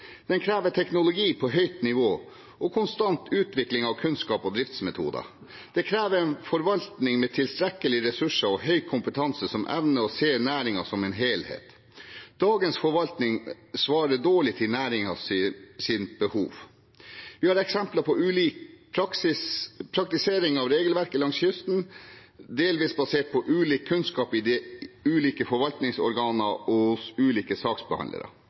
Den krever teknologi på høyt nivå og konstant utvikling av kunnskap og driftsmetoder. Dette krever en forvaltning med tilstrekkelige ressurser og høy kompetanse og som evner å se næringen som en helhet. Dagens forvaltning svarer dårlig til næringens behov. Vi har eksempler på ulik praktisering av regelverket langs kysten, delvis basert på ulik kunnskap i ulike forvaltningsorganer og hos ulike saksbehandlere.